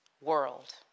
world